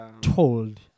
told